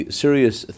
serious